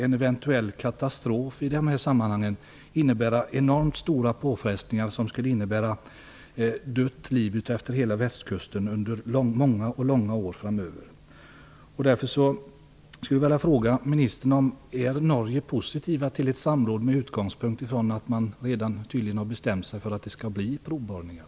En eventuell katastrof skulle således innebära enormt stora påfrestningar och dött liv utefter hela västkusten under många år framöver. Norge är positiv till ett samråd även om man tydligen redan har bestämt sig för att det skall bli provborrningar.